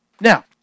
Now